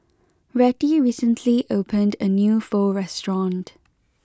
Rettie recently opened a new Pho restaurant